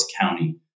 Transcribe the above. County